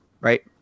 right